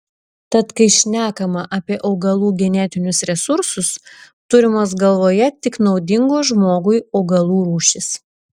tad kai šnekama apie augalų genetinius resursus turimos galvoje tik naudingos žmogui augalų rūšys